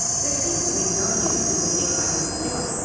there seemed to be no use in waiting by the little door,